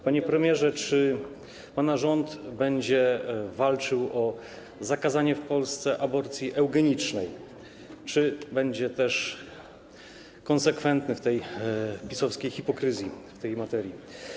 Panie premierze, czy pana rząd będzie walczył o zakazanie w Polsce aborcji eugenicznej, czy będzie też konsekwentny w PiS-owskiej hipokryzji w tej materii?